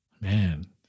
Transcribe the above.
man